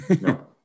No